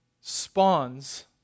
spawns